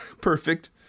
Perfect